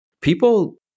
people